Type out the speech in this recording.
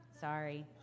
sorry